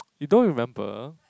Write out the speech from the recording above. you don't remember